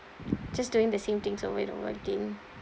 just doing the same things over and over again